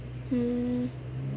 hmm